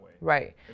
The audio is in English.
Right